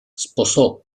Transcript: sposò